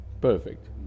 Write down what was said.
perfect